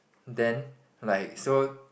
then like so